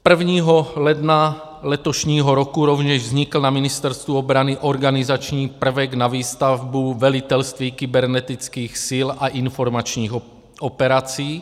Prvního ledna letošního roku rovněž vznikl na Ministerstvu obrany organizační prvek na výstavbu Velitelství kybernetických sil a informačních operací.